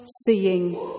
seeing